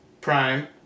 prime